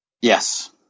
Yes